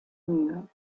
mühe